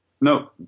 no